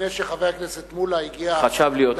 לפני שחבר הכנסת מולה הגיע לכנסת,